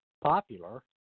popular